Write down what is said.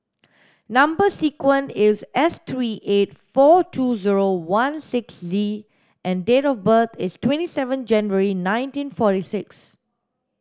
number sequence is S three eight four two zero one six Z and date of birth is twenty seven January nineteen forty six